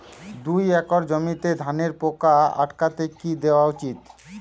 দুই একর জমিতে ধানের পোকা আটকাতে কি দেওয়া উচিৎ?